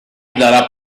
dalla